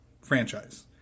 franchise